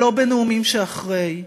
ולא בנאומים שאחרי.